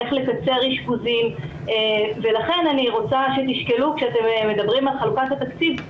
איך לקצר אשפוזים ולכן אני רוצה שתשקלו כשאתם מדברים על חלוקת התקציב,